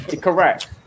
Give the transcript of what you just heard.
Correct